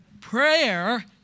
Prayer